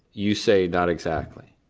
you say not exactly.